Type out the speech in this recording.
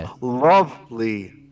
lovely